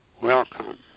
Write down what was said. Welcome